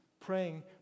praying